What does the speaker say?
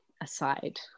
aside